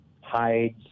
hides